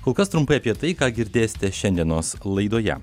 kol kas trumpai apie tai ką girdėsite šiandienos laidoje